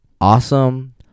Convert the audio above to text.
Awesome